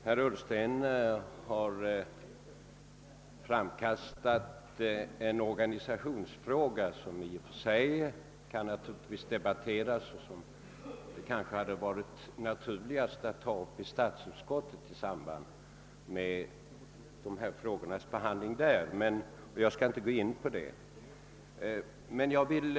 Herr talman! Herr Ullsten, har här framkastat en organisationsfråga som i och för sig kan debatteras men som det hade varit mer naturligt att ta upp vid statsutskottets behandling av biståndsverksamheten. Jag skall emellertid inte nu gå närmare in på saken.